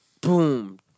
Boom